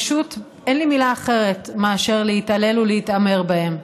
פשוט אין לי מילה אחרת מאשר להתעלל ולהתעמר בהם.